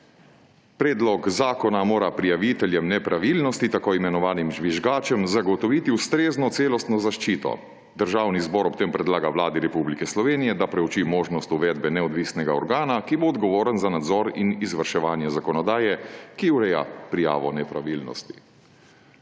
Predlog zakona mora prijaviteljem nepravilnosti, tako imenovanim žvižgačem, zagotoviti ustrezno celostno zaščito. Državni zbor ob tem predlaga Vladi Republike Slovenije, da preuči možnost uvedbe neodvisnega organa, ki bo odgovoren za nadzor in izvrševanje zakonodaje, ki ureja prijavo nepravilnosti.«